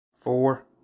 Four